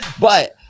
But-